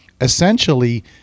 essentially